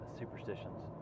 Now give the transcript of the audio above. superstitions